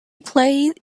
played